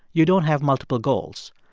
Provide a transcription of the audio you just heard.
you don't have multiple goals.